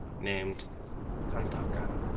named kantaka.